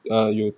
err 有